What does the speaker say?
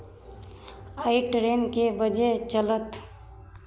आइ train कए बजे चलत